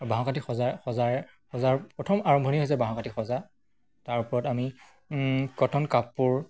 বাঁহ কাঠি সজাৰ সজাৰ সজাৰ প্ৰথম আৰম্ভণি হৈছে বাঁহ কাঠি সজা তাৰ ওপৰত আমি কটন কাপোৰ